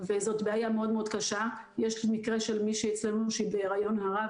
להגיד שיש 6,000 משגיחי כשרות שהמדינה מחזיקה,